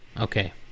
Okay